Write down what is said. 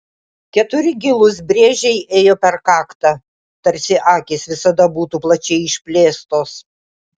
keturi gilūs brėžiai ėjo per kaktą tarsi akys visada būtų plačiai išplėstos